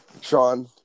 sean